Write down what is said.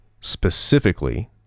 specifically